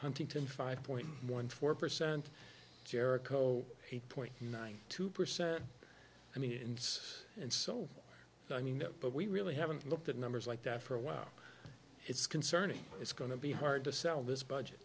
huntington five point one four percent jericho eight point nine two percent i mean it's and so i mean that but we really haven't looked at numbers like that for a while it's concerning it's going to be hard to sell this budget